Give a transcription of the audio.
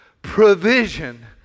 Provision